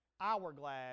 hourglass